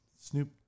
Snoop